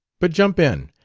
but jump in.